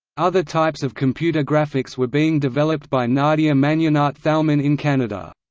other types of computer graphics were being developed by nadia magnenat thalmann in canada.